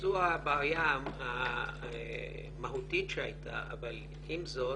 זו הבעיה המהותית שהיתה אבל עם זאת,